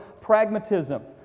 pragmatism